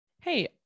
hey